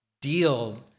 deal